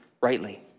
rightly